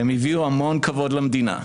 הם הביאו המון כבוד למדינה,